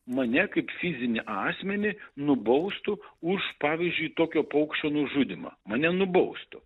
mane kaip fizinį asmenį nubaustų už pavyzdžiui tokio paukščio nužudymą mane nubaustų